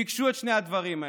ביקשו את שני הדברים האלו.